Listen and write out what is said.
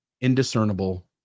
indiscernible